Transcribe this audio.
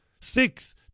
Six